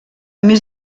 més